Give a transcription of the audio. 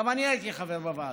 גם אני הייתי חבר בוועדה.